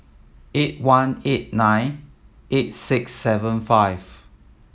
eight one eight nine eight six seven five